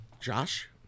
Josh